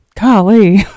Golly